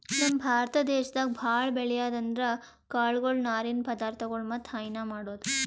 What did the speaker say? ನಮ್ ಭಾರತ ದೇಶದಾಗ್ ಭಾಳ್ ಬೆಳ್ಯಾದ್ ಅಂದ್ರ ಕಾಳ್ಗೊಳು ನಾರಿನ್ ಪದಾರ್ಥಗೊಳ್ ಮತ್ತ್ ಹೈನಾ ಮಾಡದು